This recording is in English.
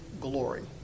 glory